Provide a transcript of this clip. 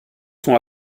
sont